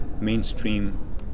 mainstream